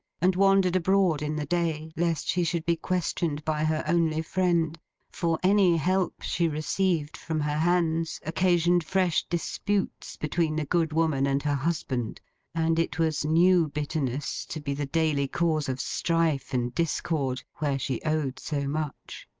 and wandered abroad in the day lest she should be questioned by her only friend for any help she received from her hands, occasioned fresh disputes between the good woman and her husband and it was new bitterness to be the daily cause of strife and discord, where she owed so much.